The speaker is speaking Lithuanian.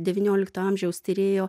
devyniolikto amžiaus tyrėjo